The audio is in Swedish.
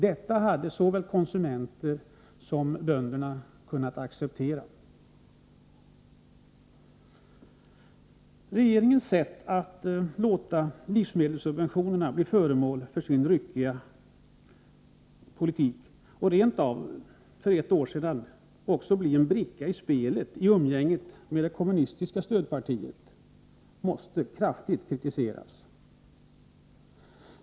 Detta hade såväl konsumenterna som bönderna kunnat acceptera. Regeringens sätt att låta livsmedelssubventionerna bli föremål för sin ryckiga politik och för ett år sedan rent av också bli en bricka i spelet i umgänget med det kommunistiska stödpartiet måste kraftigt kritiseras.